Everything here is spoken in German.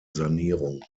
sanierung